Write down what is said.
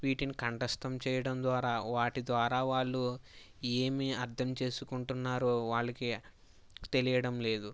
వీటిని కంఠస్థం చేయటం ద్వారా వాటి ద్వారా వాళ్ళు ఏమీ అర్థం చేసుకుంటున్నారో వాళ్లకే తెలియడం లేదు